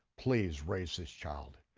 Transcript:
please raise this child.